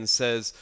says